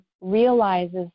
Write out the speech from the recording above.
realizes